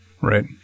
Right